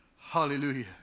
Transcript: Hallelujah